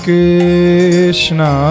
Krishna